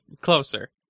closer